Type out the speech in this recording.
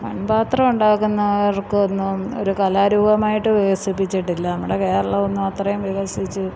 മൺപാത്രം ഉണ്ടാക്കുന്നവർക്ക് ഒന്നും ഒരു കലാരൂപമായിട്ട് വികസിപ്പിച്ചിട്ടില്ല നമ്മുടെ കേരളം ഒന്നും അത്രയും വികസിച്ച്